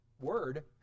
word